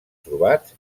trobats